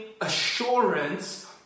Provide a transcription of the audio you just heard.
assurance